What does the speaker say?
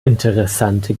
interessante